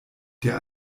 der